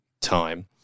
time